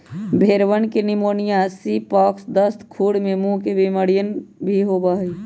भेंड़वन के pneumonia, sheep pox, दस्त, खुर एवं मुँह के बेमारियन भी होबा हई